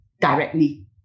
directly